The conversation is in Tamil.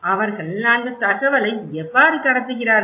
அவர்கள் அந்த தகவலை எவ்வாறு கடத்துகிறார்கள்